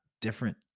different